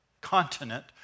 continent